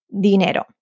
dinero